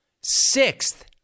Sixth